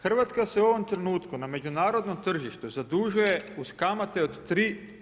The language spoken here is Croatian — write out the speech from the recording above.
Hrvatska se u ovom trenutku na međunarodnom tržištu zadužuje uz kamate od 3%